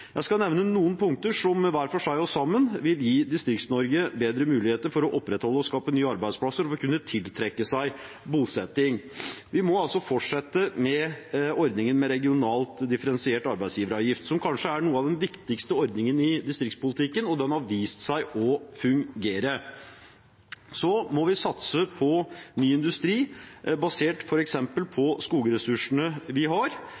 Jeg skal nevne noen punkter som hver for seg og sammen vil gi Distrikts-Norge bedre muligheter til å opprettholde og skape nye arbeidsplasser for å kunne tiltrekke seg bosetting. Vi må fortsette med ordningen med regionalt differensiert arbeidsgiveravgift, som kanskje er en av de viktigste ordningene i distriktspolitikken. Den har vist seg å fungere. Så må vi satse på ny industri, basert f.eks. på skogressursene vi har,